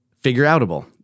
Figure-outable